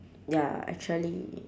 ya actually